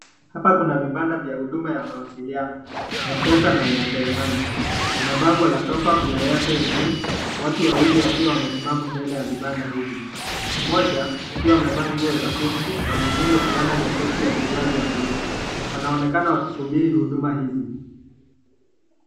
Hapa kuna vibanda vya huduma ya mawasiliano, M-PESA na Airtel Money. Kuna bango la Top-up na Airtel juu, watu wawili wakiwa wamesimama mbele ya vibanda hivi. Mmoja akiwa amevaa nguo za pinki na mwingine fulana nyepesi ya suruali ya buluu. Wanaonekana wakisubiri huduma hizi.